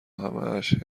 همهاش